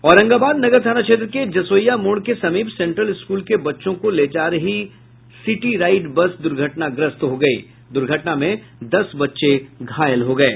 औरंगाबाद नगर थाना क्षेत्र के जसोईया मोड़ के समीप सेंट्रल स्कूल के बच्चों को लेकर जा रही सिटी राईड बस दुर्घटनाग्रस्त हो गयी दुर्घटना में दस बच्चे घायल हो गये